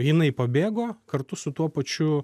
jinai pabėgo kartu su tuo pačiu